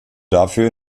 dafür